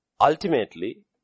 Ultimately